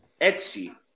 Etsy